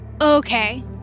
Okay